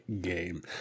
Game